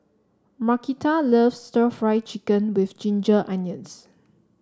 Markita loves stir Fry Chicken with Ginger Onions